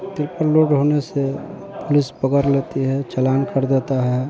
triple load होने से police पकड़ लेती है चालान कट जाता है